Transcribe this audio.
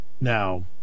Now